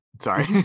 Sorry